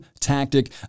tactic